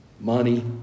money